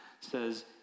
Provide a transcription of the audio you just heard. says